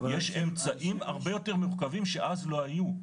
יש אמצעים הרבה יותר מורכבים שאז לא היו,